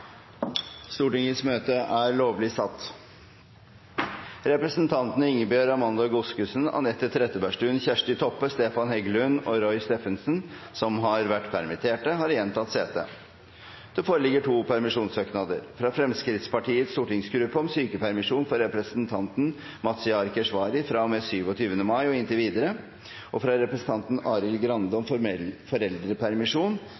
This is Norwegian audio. Representantene Ingebjørg Amanda Godskesen, Anette Trettebergstuen, Kjersti Toppe, Stefan Heggelund og Roy Steffensen, som har vært permittert, har igjen tatt sete. Det foreligger to permisjonssøknader: fra Fremskrittspartiets stortingsgruppe om sykepermisjon for representanten Mazyar Keshvari fra og med 27. mai og inntil videre fra representanten Arild Grande